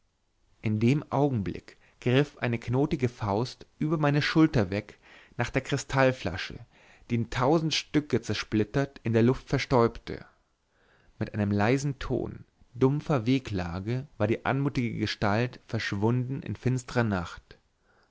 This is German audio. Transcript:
in dem augenblick griff eine knotige faust über meine schulter weg nach der kristallflasche die in tausend stücke zersplittert in der luft verstäubte mit einem leisen ton dumpfer wehklage war die anmutige gestalt verschwunden in finstrer nacht